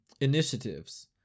initiatives